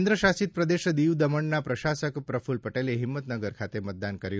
કેન્દ્રશાસિત પ્રદેશ દીવ દમણના પ્રશાસક પ્રફલ પટેલે હિંમતનગર ખાતે મતદાન કર્યું